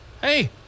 hey